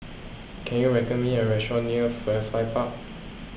can you reckon me a restaurant near Firefly Park